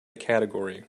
category